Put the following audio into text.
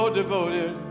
devoted